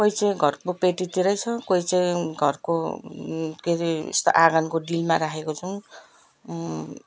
कोही चाहिँ घरको पेटीतिरै छ कोही चाहिँ घरको के अरे यस्तो आँगनको डिलमा राखेको छौँ